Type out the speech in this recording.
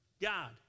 God